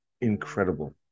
incredible